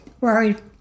worried